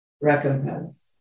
recompense